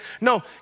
No